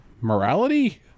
morality